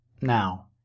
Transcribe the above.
Now